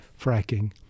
fracking